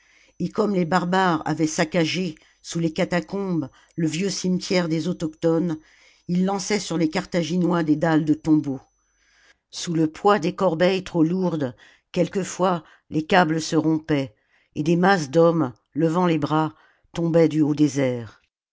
et comme les barbares avaient saccagé sous les catacombes le vieux cimetière des autochtones ils lançaient sur les carthaginois des dalles de tombeaux sous le poids des corbeilles trop lourdes quelquefois les câbles se rompaient et des masses d'hommes levant les bras tombaient du haut des